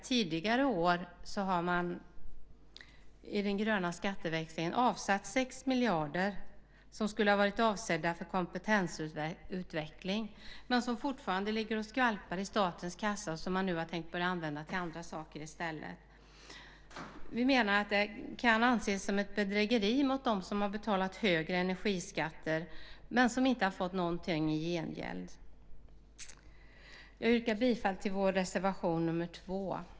Tidigare år har man i den gröna skatteväxlingen avsatt 6 miljarder som var avsedda för kompetensutveckling. Men de ligger fortfarande och skvalpar i statens kassa, och man har nu tänkt börja använda dem till andra saker i stället. Vi menar att det kan anses som ett bedrägeri mot dem som har betalat högre energiskatter men som inte har fått något i gengäld. Jag yrkar bifall till vår reservation nr 2.